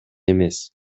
эмес